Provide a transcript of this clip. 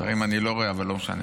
שרים אני לא רואה, אבל לא משנה,